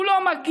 הוא לא מגיע.